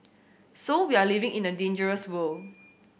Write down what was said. so we are living in a dangerous world